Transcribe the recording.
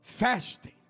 Fasting